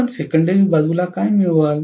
आपण सेकेंडरी बाजूला काय मिळवा